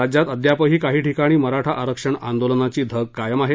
राज्यात अद्यापही काही ठिकाणी मराठा आरक्षण आंदोलनाची धग कायम आहे